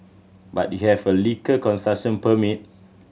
but you have a liquor consumption permit